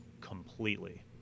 completely